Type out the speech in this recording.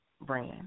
brand